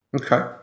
Okay